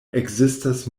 ekzistas